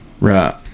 right